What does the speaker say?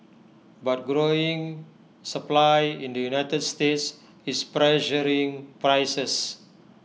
but growing supply in the united states is pressuring prices